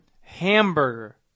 Hamburger